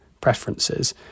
preferences